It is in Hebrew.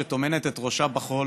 שטומנת את ראשה בחול